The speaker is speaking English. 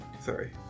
Sorry